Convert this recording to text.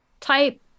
type